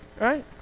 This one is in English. right